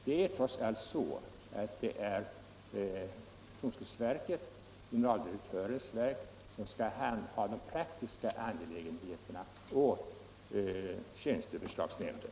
Det är trots allt domstolsverket, generaldirektörens verk, som skall handha de praktiska angelägenheterna i tjänsteförslagsnämnden.